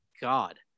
God